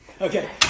Okay